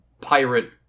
pirate